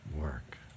work